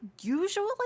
usually